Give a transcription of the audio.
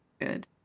good